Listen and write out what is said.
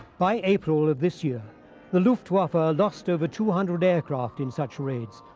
by april of this year the luftwaffe ah lost over two hundred aircraft in such raids,